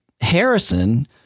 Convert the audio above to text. Harrison